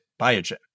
Biogen